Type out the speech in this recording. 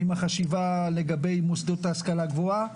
עם החשיבה לגבי מוסדות ההשכלה גבוהה.